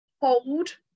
hold